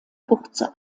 kurze